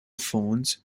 phones